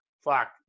fuck